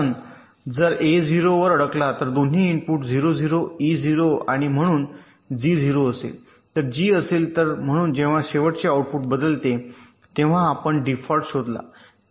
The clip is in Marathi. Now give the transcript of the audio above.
जर ए 0 वर अडकला तर दोन्ही इनपुट 0 0 ई 0 आणि म्हणून जी 0 असेल तर जी असेल तर म्हणून जेव्हा शेवटचे आउटपुट बदलते तेव्हा आपण डिफॉल्ट शोधला